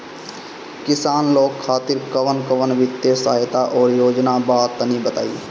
किसान लोग खातिर कवन कवन वित्तीय सहायता और योजना बा तनि बताई?